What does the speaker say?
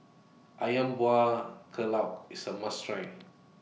Ayam Buah Keluak IS A must Try